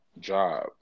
job